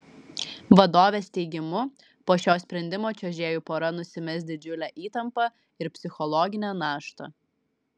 vadovės teigimu po šio sprendimo čiuožėjų pora nusimes didžiulę įtampą ir psichologinę naštą